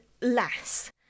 less